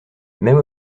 même